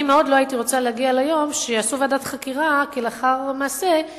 אני מאוד לא רוצה להגיע ליום שיעשו ועדת חקירה לאחר מעשה,